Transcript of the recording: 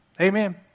Amen